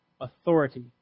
authority